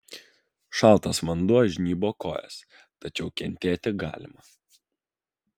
šaltas vanduo žnybo kojas tačiau kentėti galima